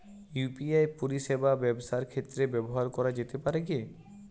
UPI পরিষেবা ব্যবসার ক্ষেত্রে ব্যবহার করা যেতে পারে কি?